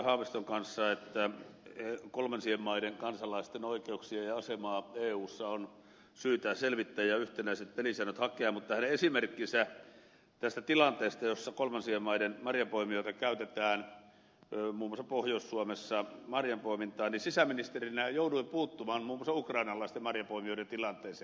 haaviston kanssa että kolmansien maiden kansalaisten oikeuksia ja asemaa eussa on syytä selvittää ja yhtenäiset pelisäännöt hakea mutta kun hän otti esimerkkinsä tilanteesta jossa kolmansien maiden marjanpoimijoita käytetään muun muassa pohjois suomessa marjanpoimintaan niin sisäministerinä jouduin puuttumaan muun muassa ukrainalaisten marjanpoimijoiden tilanteeseen